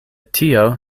tio